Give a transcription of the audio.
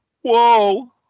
Whoa